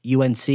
UNC